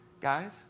Guys